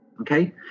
okay